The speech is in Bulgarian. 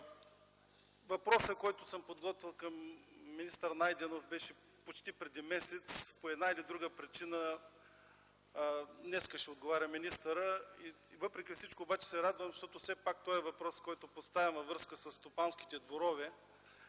Въпросът, който съм подготвил към министър Найденов, беше почти преди месец. По една или друга причина министърът ще отговаря днес. Въпреки всичко обаче се радвам, защото този въпрос, който поставям във връзка със стопанските дворове,